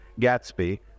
Gatsby